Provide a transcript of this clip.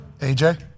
AJ